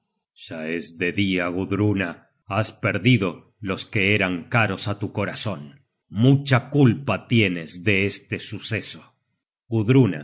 ya es de dia gudruna has perdido los que eran caros á tu corazon mucha culpa tienes de este suceso